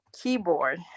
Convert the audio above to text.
Keyboard